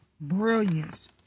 brilliance